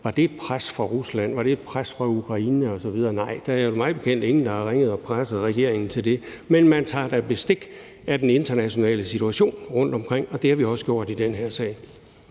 var det et pres fra Rusland, var det et pres fra Ukraine osv.? Nej, der er mig bekendt ingen, der har ringet og presset regeringen til det. Men man tager da bestik af den internationale situation rundtomkring, og det har vi også gjort i den her sag.